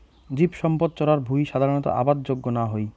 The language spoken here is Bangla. জীবসম্পদ চরার ভুঁই সাধারণত আবাদ যোগ্য না হই